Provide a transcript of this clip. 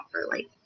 properly